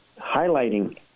highlighting